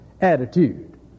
Attitude